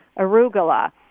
arugula